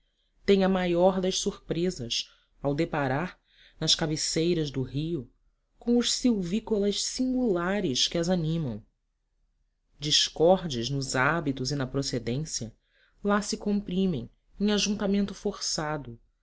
a maior das surpresas ao deparar nas cabeceiras do rio com os silvícolas singulares que as animam discordes nos hábitos e na procedência lá se comprimem em ajuntamento forçado